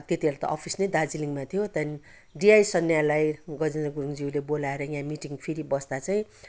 त्यति बेला त अफिस नै दार्जिलिङमा थियो त्यहाँदेखि डिआई सनियाललाई गजेन्द्र गुरुङज्यूले बोलाएर यहाँ मिटिङ फेरि बस्दा चाहिँ